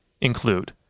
include